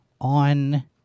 on